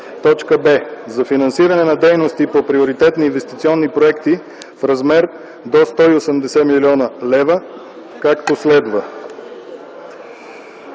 лв.; б) за финансиране на дейности по приоритетни инвестиционни проекти в размер до 180 млн. лв., както следва: